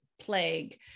plague